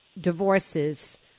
divorces